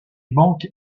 banques